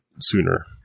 sooner